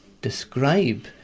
describe